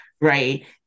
right